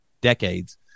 decades